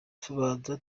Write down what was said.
tubanze